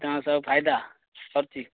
ସବୁ ଫାଇଦା ସରିଛି